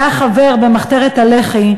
שהיה חבר במחתרת לח"י,